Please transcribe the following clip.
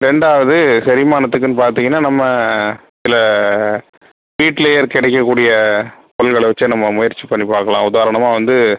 ரெண்டாவது செரிமானத்துக்குன்னு பார்த்திங்கனா நம்ம சில வீட்லேயே கிடைக்க கூடிய பொருள்களை வெச்சே நம்ம முயற்சி பண்ணி பார்க்கலாம் உதாரணமாக வந்து